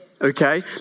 Okay